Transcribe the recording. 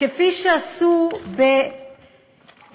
כפי שעשו באבו-דאבי